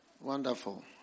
Wonderful